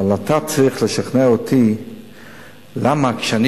אבל אתה צריך לשכנע אותי למה כשאני